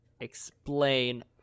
explain